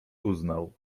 uznał